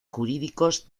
jurídicos